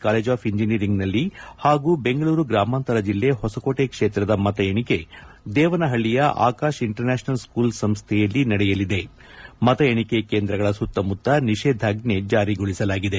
college of ಇಂಜಿನಿಯರಿಂಗ್ನಲ್ಲಿ ಹಾಗೂ ಬೆಂಗಳೂರು ಗ್ರಾಮಾಂತರ ಜಿಲ್ಲೆ ಹೊಸಕೋಟೆ ಕ್ಷೇತ್ರದ ಮತ ಎಣಿಕೆ ದೇವನಹಳ್ಳಯ ಆಕಾಶ್ ಇಂಟರ್ನ್ಯಾಷಲ್ ಸ್ಕೂಲ್ ಸಂಸ್ಹೆಯಲ್ಲಿ ನಡೆಯಲಿದೆ ಮತ ಎಣಿಕೆ ಕೇಂದ್ರಗಳ ಸುತ್ತಮುತ್ತ ನಿಷೇಧಾಜ್ಜೆ ಜಾರಿಗೊಳಿಸಲಾಗಿದೆ